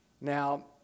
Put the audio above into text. Now